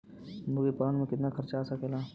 मुर्गी पालन में कितना खर्च आ सकेला?